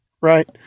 right